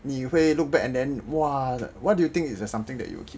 你会 look back and then !wah! what do you think is something that you will keep